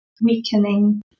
weakening